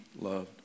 loved